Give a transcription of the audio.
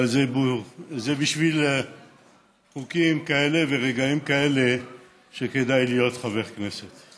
אבל בשביל חוקים כאלה ורגעים כאלה כדאי להיות חבר כנסת.